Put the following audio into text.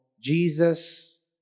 Jesus